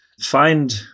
find